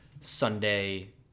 Sunday